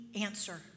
answer